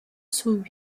sous